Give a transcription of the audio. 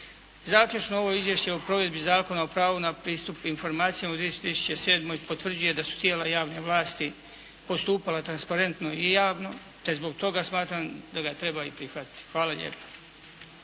Zaključno. Ovo Izvješće o provedbi Zakona o pravu na pristup informacijama u 2007. potvrđuje da su tijela javne vlasti postupala transparentno i javno te zbog toga smatram da ga treba i prihvatiti. Hvala lijepa.